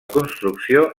construcció